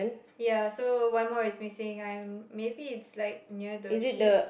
ya so one more is missing I'm maybe it's like near the sheep's